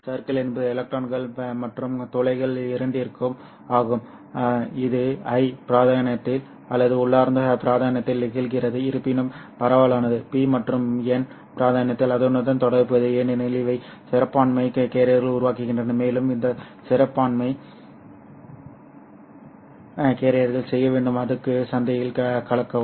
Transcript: சறுக்கல் என்பது எலக்ட்ரான்கள் மற்றும் துளைகள் இரண்டிற்கும் ஆகும் இது I பிராந்தியத்தில் அல்லது உள்ளார்ந்த பிராந்தியத்தில் நிகழ்கிறது இருப்பினும் பரவலானது P மற்றும் N பிராந்தியங்களில் அதனுடன் தொடர்புடையது ஏனெனில் இவை சிறுபான்மை கேரியர்களை உருவாக்குகின்றன மேலும் இந்த சிறுபான்மை கேரியர்கள் செய்ய வேண்டும் அடுத்த சந்திக்குள் கலக்கவும்